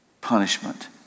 punishment